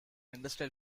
industrial